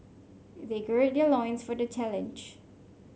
they gird their loins for the challenge